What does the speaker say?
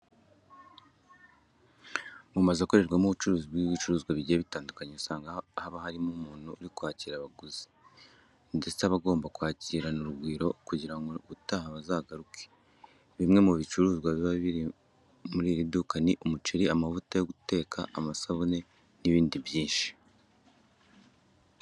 Mu mazu akorerwamo ubucuruzi bw'ibicuruzwa bigiye bitandukanye, usanga haba harimo umuntu uri kwakira abaguzi ndetse aba agomba kubakirana urugwiro kugira ngo n'ubutaha bazagaruke. Bimwe mu bicuruzwa biba biri muri iri duka ni umuceri, amavuta yo guteka, amasabune n'ibindi byinshi.